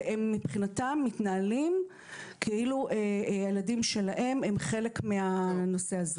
ומבחינתם הם מתנהלים כאילו הילדים שלהם הם חלק מהנושא הזה.